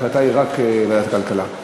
ההחלטה היא רק ועדת הכלכלה.